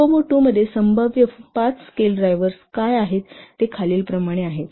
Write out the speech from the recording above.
COCOMO II मध्ये संभाव्य 5 scale drivers काय आहेत ते खालीलप्रमाणे आहेत